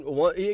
one